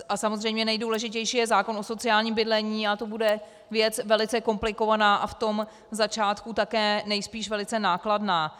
A samozřejmě že nejdůležitější je zákon o sociálním bydlení a to bude věc velice komplikovaná a v tom začátku také nejspíš velice nákladná.